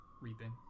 reaping